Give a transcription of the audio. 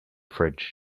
fridge